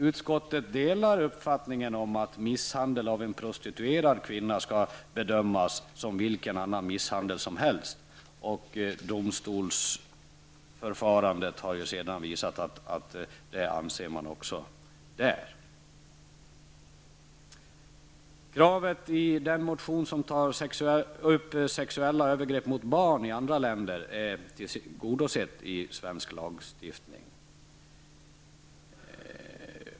Utskottet delar dock uppfattningen att misshandel av prostituerade kvinnor skall bedömas som vilken annan misshandel som helst. Domstolsförfarandet har också visat att man anser det också där. Kravet i den motion som tar upp frågan om sexuella övergrepp mot barn i andra länder är tillgodosett i svensk lagstiftning.